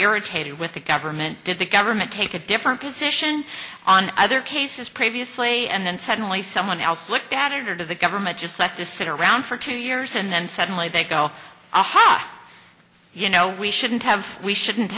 irritated with the government did the government take a different position on other cases previously and suddenly someone else look bad or to the government just like to sit around for two years and then suddenly they go aha you know we shouldn't have we shouldn't